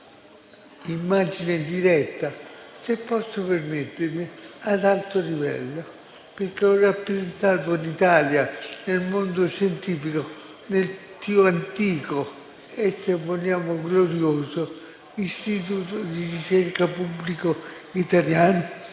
l'immagine diretta, se posso permettermi, ad alto livello, perché ho rappresentato l'Italia nel mondo scientifico nel più antico e se vogliamo glorioso istituto di ricerca pubblico italiano.